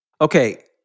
Okay